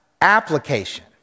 application